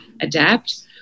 adapt